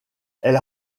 elle